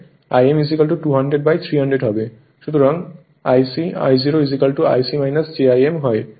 সুতরাং I c I0 I c j I m